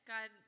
God